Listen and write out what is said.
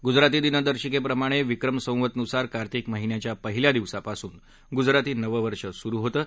गुजराती दिनदर्शिकेप्रमाणे विक्रम संवत नुसार कार्तिक महिन्याच्या पहिल्या दिवसापासून गुजराती नववर्ष सुरु होतं